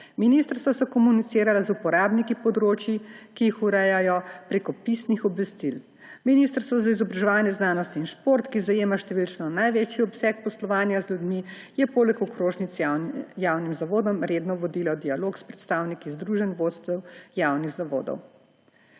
Ministrstva so komunicirala z uporabniki področij, ki jih urejajo, prek pisnih obvestil. Ministrstvo za izobraževanje, znanost in šport, ki zajema številčno največji obseg poslovanja z ljudmi, je poleg okrožnic javnim zavodom redno vodilo dialog s predstavniki združenj vodstev javnih zavodov.